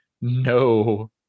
No